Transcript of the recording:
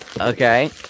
Okay